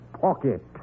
pocket